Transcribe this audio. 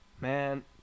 man